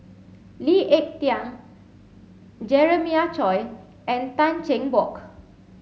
Lee Ek Tieng Jeremiah Choy and Tan Cheng Bock